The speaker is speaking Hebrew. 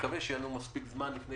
שיהיה לנו מספיק זמן לפני